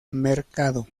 mercado